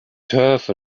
turf